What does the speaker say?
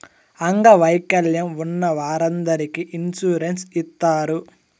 అంగవైకల్యం ఉన్న వారందరికీ ఇన్సూరెన్స్ ఇత్తారు